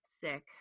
sick